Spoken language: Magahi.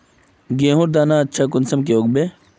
गेहूँर दाना अच्छा कुंसम के उगबे?